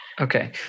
okay